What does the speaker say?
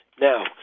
Now